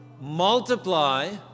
multiply